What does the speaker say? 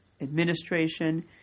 administration